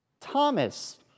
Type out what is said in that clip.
Thomas